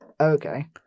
okay